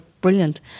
brilliant